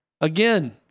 again